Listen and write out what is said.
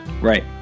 Right